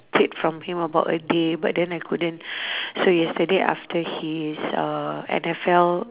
it from him about a day but then I couldn't so yesterday after his uh N_F_L